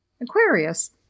Aquarius